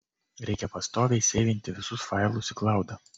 reikia pastoviai seivinti visus failus į klaudą